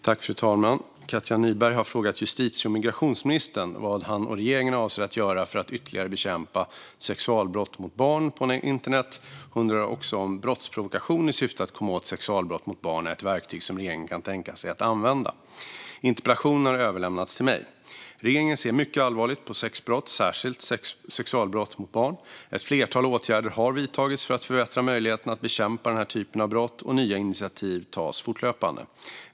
Fru talman! Katja Nyberg har frågat justitie och migrationsministern vad han och regeringen avser att göra för att ytterligare bekämpa sexualbrott mot barn på internet. Hon undrar också om brottsprovokation i syfte att komma åt sexualbrott mot barn är ett verktyg som regeringen kan tänka sig att använda. Interpellationen har överlämnats till mig. Regeringen ser mycket allvarligt på sexualbrott, särskilt sexualbrott mot barn. Ett flertal åtgärder har vidtagits för att förbättra möjligheterna att bekämpa den här typen av brott, och nya initiativ tas fortlöpande.